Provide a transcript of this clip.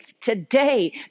today